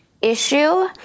issue